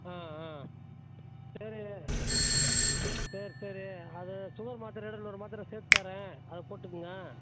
அ அ சரி சரி சரி அது சுகர் மாத்திரையோட இன்னொரு மாத்திரை சேர்த்து தரேன் அதை போட்டுக்கொங்க